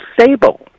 stable